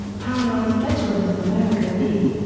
paralyzed veterans of america v.